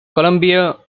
colombia